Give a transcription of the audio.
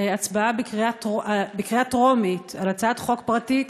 הצבעה בקריאה טרומית על הצעת חוק פרטית,